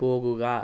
പോകുക